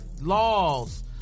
laws